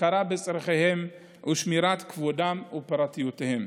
הכרה בצורכיהם ושמירת כבודם ופרטיותם.